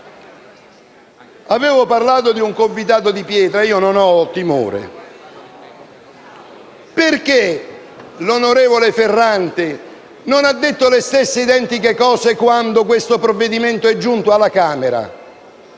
Avevo parlato di un convitato di pietra. Io non ho timore. Perché l'onorevole Ferranti non ha detto le stesse cose quando questo provvedimento è giunto alla Camera?